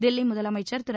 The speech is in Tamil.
தில்வி முதலமைச்சர் திரு